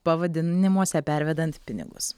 pavadinimuose pervedant pinigus